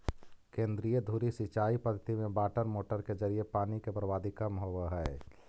केंद्रीय धुरी सिंचाई पद्धति में वाटरमोटर के जरिए पानी के बर्बादी कम होवऽ हइ